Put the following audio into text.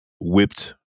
whipped